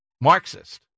Marxist